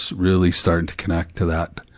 really started to connect to that,